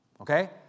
Okay